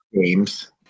games